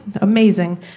Amazing